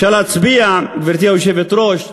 אפשר להצביע, גברתי היושבת-ראש,